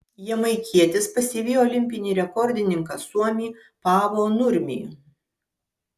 jamaikietis pasivijo olimpinį rekordininką suomį paavo nurmį